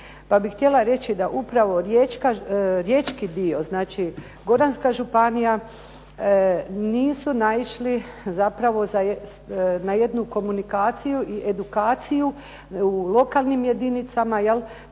pa bih htjela reći da upravo riječki dio, znači Goranska županija nisu naišli zapravo na jednu komunikaciju i edukaciju u lokalnim jedinicama te